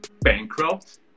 bankrupt